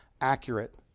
accurate